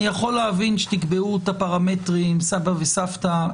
אני יכול להבין שתקבעו את הפרמטרים, סבא וסבתא.